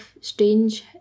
strange